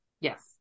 Yes